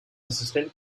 resistant